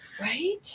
Right